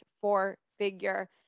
four-figure